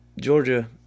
Georgia